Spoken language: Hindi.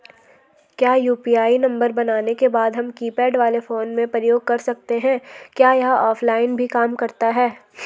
क्या यु.पी.आई नम्बर बनाने के बाद हम कीपैड वाले फोन में प्रयोग कर सकते हैं क्या यह ऑफ़लाइन भी काम करता है?